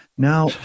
Now